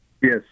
Yes